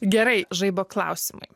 gerai žaibo klausimai